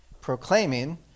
proclaiming